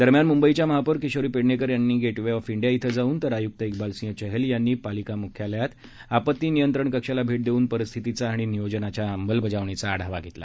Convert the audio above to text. दरम्यान मुंबईच्या महापौर किशोरी पेडणेकर यांनी गेट वे ऑफ इंडिया इथं जाऊन तर आयुक्त इकबाल सिंह चहल यांनीही पालिका मुख्यालयातल्या आपत्ती नियंत्रण कक्षाला भेट देऊन परिस्थितीचा तसंच नियोजनाच्या अंमलबजावणीचा आढावा घेतला